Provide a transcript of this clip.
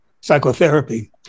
psychotherapy